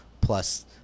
plus